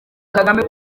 kagame